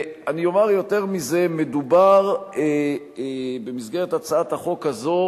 אני אומר יותר מזה: מדובר במסגרת הצעת החוק הזו